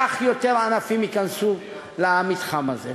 כך יותר ענפים ייכנסו למתחם הזה.